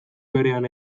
berean